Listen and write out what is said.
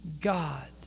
God